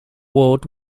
ward